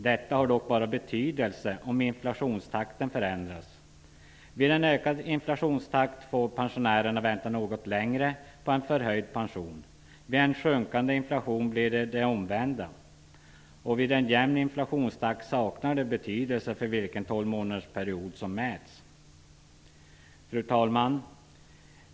Detta har dock betydelse endast om inflationstakten förändras. Vid en ökad inflationstakt får pensionärerna vänta något längre på en förhöjd pension. Vid en sjunkande inflationstakt kommer det omvända att gälla. Vid en jämn inflationstakt saknar det betydelse vilken tolvmånadersperiod som mäts. Fru talman!